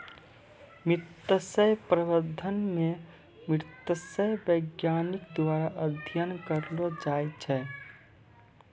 मत्स्य प्रबंधन मे मत्स्य बैज्ञानिक द्वारा अध्ययन करलो जाय छै